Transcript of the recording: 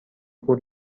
کور